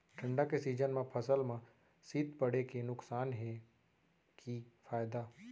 ठंडा के सीजन मा फसल मा शीत पड़े के नुकसान हे कि फायदा?